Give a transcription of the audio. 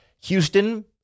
Houston